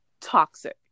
Toxic